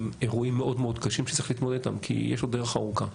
עם אירועים מאוד מאוד קשים שצריך להתמודד איתם כי יש עוד דרך ארוכה.